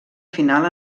final